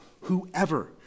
whoever